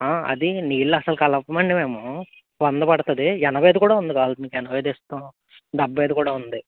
అది నీళ్ళు అసలు కలపం అండి మేము వంద పడుతుంది ఎనభై అది కూడా ఉంది కావల్సిస్తే ఎనభై అది ఇస్తాం డెబ్భై అది కూడా ఉంది